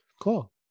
cool